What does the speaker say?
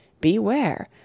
beware